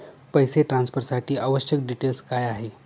पैसे ट्रान्सफरसाठी आवश्यक डिटेल्स काय आहेत?